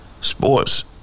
Sports